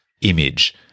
image